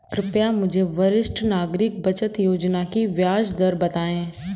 कृपया मुझे वरिष्ठ नागरिक बचत योजना की ब्याज दर बताएं?